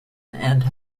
and